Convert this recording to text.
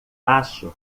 acho